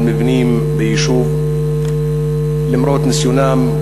של משרד הפנים על מבנים ביישוב, למרות ניסיונם,